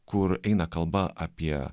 kur eina kalba apie